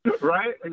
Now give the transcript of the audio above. Right